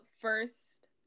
first